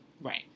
right